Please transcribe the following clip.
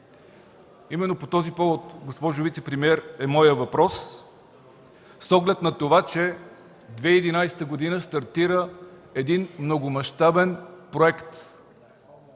Именно по този повод, госпожо вицепремиер е моят въпрос с оглед на това, че 2011 г. стартира един многомащабен проект